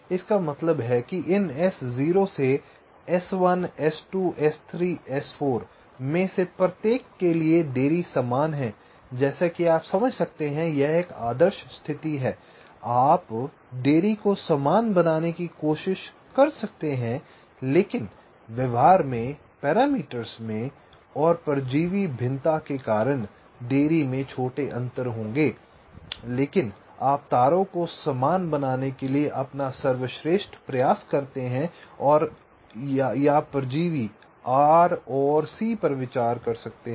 इसका मतलब है कि इन S0 से S1 S2 S3 S4 में से प्रत्येक के लिए देरी समान है जैसा कि आप समझ सकते हैं यह एक आदर्श स्थिति है आप देरी को समान बनाने की कोशिश कर सकते हैं लेकिन व्यवहार में पैरामीटर्स में और परजीवी भिन्नता के कारण देरी में छोटे अंतर होंगे लेकिन आप तारों को समान बनाने के लिए अपना सर्वश्रेष्ठ प्रयास करते हैं या आप परजीवी R और C पर विचार कर सकते हैं